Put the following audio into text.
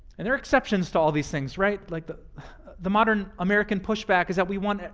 and there are exceptions to all of these things, right? like the the modern american pushback is that we want,